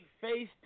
face